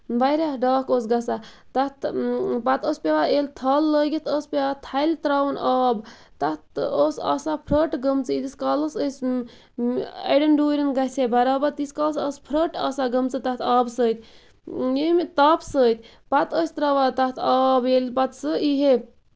واریاہ ڈاکھ اوس گژھان تَتھ پَتہٕ اوس پیٚوان ییٚلہِ تھَل لٲگِتھ اوس پیٚوان تھلہِ تراوُن آب تَتھ اوس آسان پھراٹہٕ گٔمژٕ ییٖتِس کالَس أسۍ اَڑٮ۪ن ڈوٗرٮ۪ن گژھِ ہے برابر تِیٖتِس کالَس ٲسۍ پھراٹہٕ آسان تَتھ گٔمژٕ آبہٕ سۭتۍ ییٚمہِ تاپہٕ سۭتۍ پَتہٕ ٲسۍ تراوان تَتھ آب ییٚلہِ پتہٕ سُہ یی ہے